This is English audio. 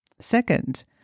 Second